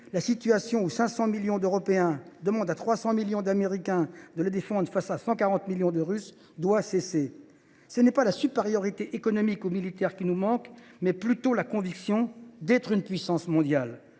dans laquelle 500 millions d’Européens demandent à 300 millions d’Américains de les défendre face à 140 millions de Russes, doit cesser. Ce n’est pas tant la supériorité économique ou militaire qui nous manque que la conviction d’être une puissance mondiale.